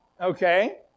okay